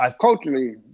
culturally